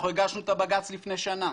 אנחנו הגשנו את הבג"צ לפני שנה.